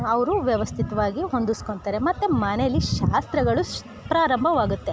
ಅವರು ವ್ಯವಸ್ಥಿತ್ವಾಗಿ ಹೊಂದಿಸ್ಕೊತಾರೆ ಮತ್ತು ಮನೆಯಲ್ಲಿ ಶಾಸ್ತ್ರಗಳು ಶ್ ಪ್ರಾರಂಭವಾಗತ್ತೆ